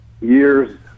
years